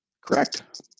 correct